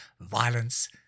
violence